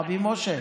רבי משה,